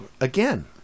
again